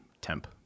temp